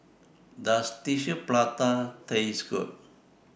Does Tissue Prata Taste Good